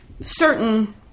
certain